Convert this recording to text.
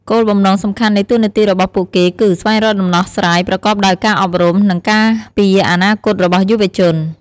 គោលបំណងសំខាន់នៃតួនាទីរបស់ពួកគេគឺ ស្វែងរកដំណោះស្រាយប្រកបដោយការអប់រំ និងការពារអនាគតរបស់យុវជន។